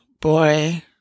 boy